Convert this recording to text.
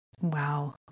Wow